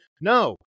No